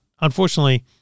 unfortunately